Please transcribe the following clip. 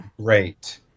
great